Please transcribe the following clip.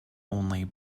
only